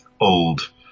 old